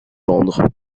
vendre